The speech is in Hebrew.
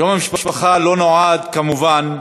יום המשפחה לא נועד, כמובן,